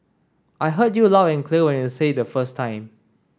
I heard you loud and when you say the first time